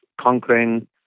conquering